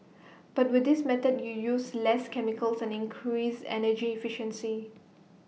but with this method you use less chemicals and increase energy efficiency